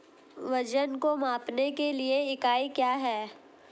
वजन को मापने के लिए इकाई क्या है?